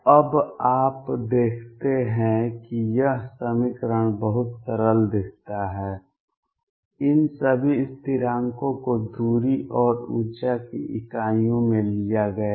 अब आप देखते हैं कि यह समीकरण बहुत सरल दिखता है इन सभी स्थिरांकों को दूरी और ऊर्जा की इकाइयों में लिया गया है